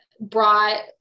brought